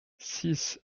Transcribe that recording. six